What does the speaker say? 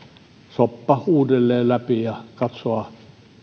soppa uudelleen läpi ja katsoa